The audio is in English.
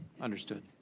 Understood